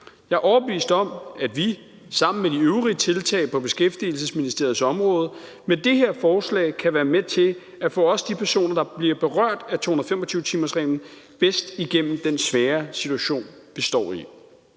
Jeg er overbevist om, at vi sammen med de øvrige tiltag på Beskæftigelsesministeriets område med det her forslag kan være med til at få også de personer, der bliver berørt af 225-timersreglen, bedst igennem den svære situation, vi står i.